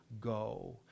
go